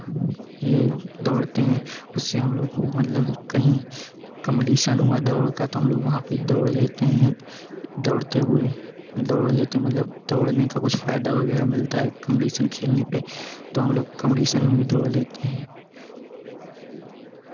यह दौड़ते हैं उससे हम लोग मतलब कहीं कम्डीसन हुआ दौड़ का तो हम लोग वहाँ पर दौड़ लेते हैं दौड़ते हुए दौड़ लेते हैं मतलब दौड़ने का कुछ फ़ायदा वगैरह मिलता है कम्डीसन खेलने पर तो हम लोग कम्डीसन में भी दौड़ लेते हैं